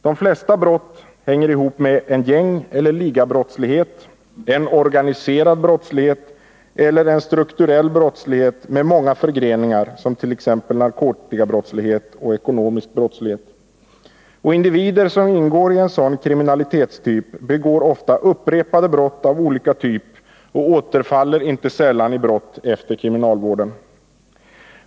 De flesta brott hänger ihop med en gängeller ligabrottslighet, en organiserad brottslighet eller en strukturell brottslighet med många förgreningar, t.ex. narkotikabrottslighet och ekonomisk brottslighet. Individer som ingår i en sådan kriminalitet begår ofta upprepade brott av olika typ och återfaller inte sällan i brott efter kriminalvården.